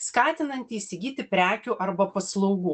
skatinanti įsigyti prekių arba paslaugų